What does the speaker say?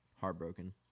heartbroken